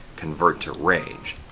convert to range.